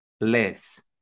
less